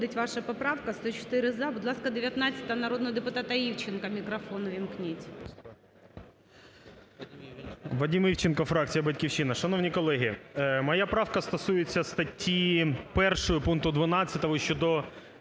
Вадим Івченко, фракція "Батьківщина". Шановні колеги, моя правка стосується статті 1 пункту 12 щодо